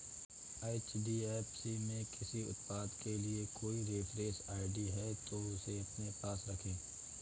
HDFC में किसी उत्पाद के लिए कोई रेफरेंस आई.डी है, तो उसे अपने पास रखें